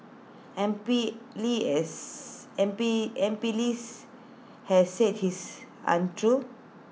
M P lee is M P M P Lee's has said his is untrue